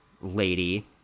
lady